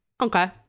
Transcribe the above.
Okay